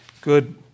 good